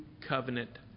covenant